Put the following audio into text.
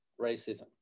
racism